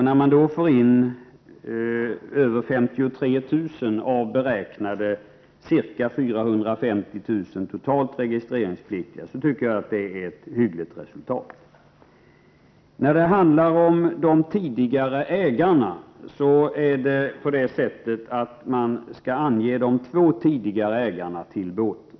När man då får in anmälningar om över 53 000 båtar av beräknade totalt 450 000 registreringspliktiga båtar, tycker jag att det är ett hyggligt resultat. I fråga om tidigare ägare skall man ange de två tidigare ägarna till båten.